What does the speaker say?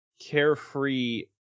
carefree